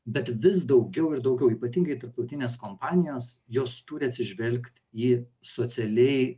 bet vis daugiau ir daugiau ypatingai tarptautinės kompanijos jos turi atsižvelgt į socialiai